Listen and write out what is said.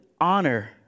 honor